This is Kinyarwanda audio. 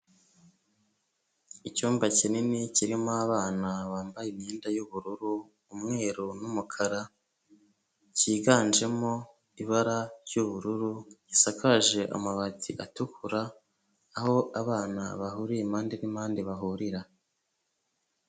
Icyumba kinini kirimo abana bambaye imyenda y'ubururu, umweru n'umukara, cyiganjemo ibara ry'ubururu gisakaje amabati atukura, aho abana bahuriye impande n'impande bahurira.